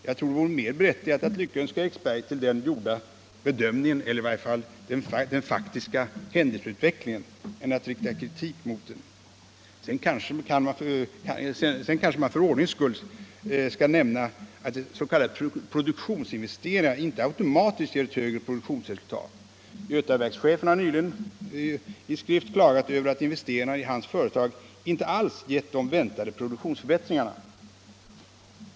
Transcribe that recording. Jag tror att det vore mer berättigat att lyckönska Eriksberg till den gjorda bedömningen -— eller i varje fall till den faktiska händelseutvecklingen - än att rikta kritik mot den. » Sedan kanske man för ordningens skull skall nämna att s.k. produktionsinvesteringar inte automatiskt ger ett högre produktionsresultat. Götaverkschefen har nyligen i skrift klagat över att investeringarna i hans företag inte alls har givit de väntade produktionsförbättringarna.